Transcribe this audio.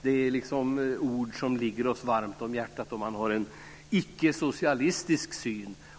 Det är ord som ligger oss varmt om hjärtat som har en icke-socialistisk syn.